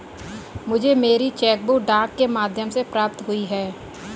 मुझे मेरी cheque book डाक के माध्यम से प्राप्त हुई है